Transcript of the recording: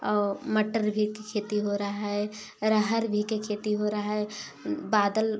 और मटर भी के खेती हो रहा है अरहर भी के खेती हो रहा है बादल